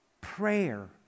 prayer